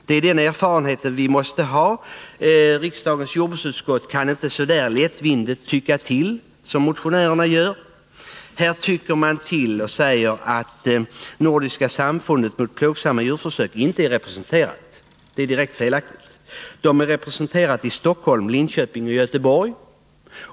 Det är sådan erfarenhet vi måste ha. Riksdagens jordbruksutskott kan inte ”tycka till” lika lättvindigt som motionärerna gör. De säger exempelvis att Nordiska samfundet mot plågsamma djurförsök inte är representerat, och det är direkt felaktigt. Det är representerat i Stockholm, Linköping och Göteborg.